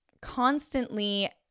constantly